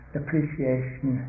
appreciation